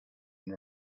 and